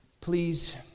please